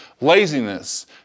laziness